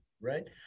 Right